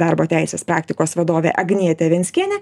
darbo teisės praktikos vadovė agnietė venckienė